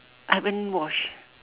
I haven't wash